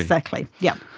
exactly, yes.